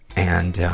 and